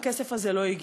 והכסף הזה לא הגיע.